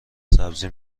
سبزی